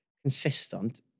consistent